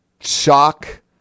Shock